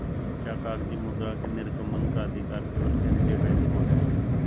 क्या कागजी मुद्रा के निर्गमन का अधिकार केवल केंद्रीय बैंक को है?